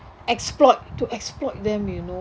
exploit to exploit them you know